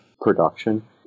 production